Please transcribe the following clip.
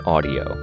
Audio